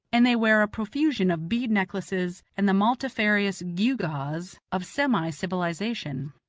and they wear a profusion of bead necklaces and the multifarious gewgaws of semi-civilization.